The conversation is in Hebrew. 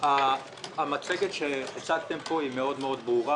המצגת שהצגתם פה היא מאד ברורה,